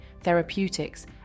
therapeutics